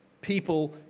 people